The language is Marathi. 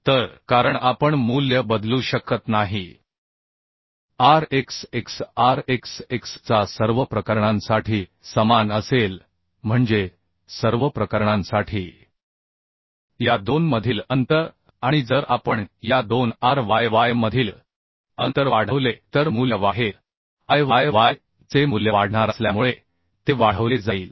तर कारण आपण मूल्य बदलू शकत नाही R x x R x x चा सर्व प्रकरणांसाठी समान असेल म्हणजे सर्व प्रकरणांसाठी या 2 मधील अंतर आणि जर आपण या 2 R y y मधील अंतर वाढवले तर मूल्य वाढेल